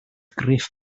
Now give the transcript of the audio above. gruff